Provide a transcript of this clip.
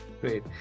Great